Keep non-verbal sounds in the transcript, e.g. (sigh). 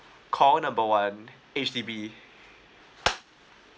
call number one H_D_B (noise)